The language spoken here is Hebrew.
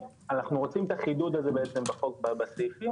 אנחנו רוצים את החידוד הזה בעצם בחוק ובסעיפים,